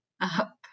up